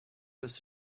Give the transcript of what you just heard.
with